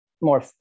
more